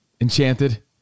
Enchanted